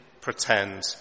pretend